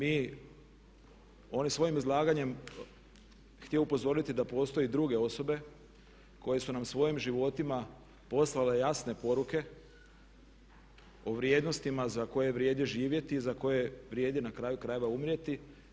Mi, on je svojim izlaganjem htio upozoriti da postoje druge osobe koje su nam svojim životima poslale jasne poruke o vrijednostima za koje vrijedi živjeti i za koje vrijedi na kraju krajeva umrijeti.